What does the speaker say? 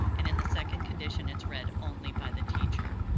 and in the second condition it's read only by the teacher.